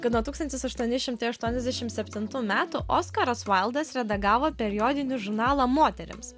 kad nuo tūkstantis aštuoni šimtai aštuoniasdešim septintų metų oskaras vaildas redagavo periodinį žurnalą moterims